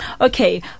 Okay